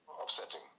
upsetting